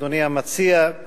אדוני המציע,